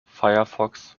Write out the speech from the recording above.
firefox